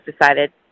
decided